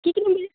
কি কিনিম বুলি